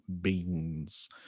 beans